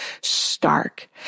stark